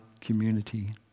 community